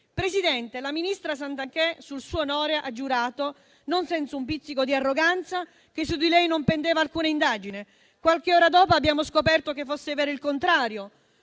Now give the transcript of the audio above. Presidente, la ministra Garnero Santanché sul suo onore ha giurato, non senza un pizzico di arroganza, che su di lei non pendeva alcuna indagine e qualche ora dopo abbiamo scoperto che era vero il contrario,